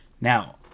Now